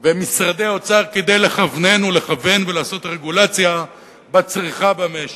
ומשתמשים משרדי אוצר כדי לכוונן ולכוון ולעשות רגולציה בצריכה במשק.